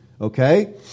okay